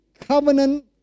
covenant